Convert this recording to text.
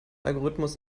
algorithmus